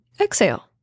exhale